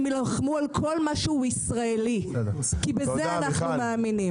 הם יילחמו על כל מה שהוא ישראלי כי בזה אנחנו מאמינים.